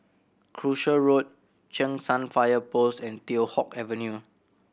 Croucher Road Cheng San Fire Post and Teow Hock Avenue